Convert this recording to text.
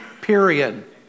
period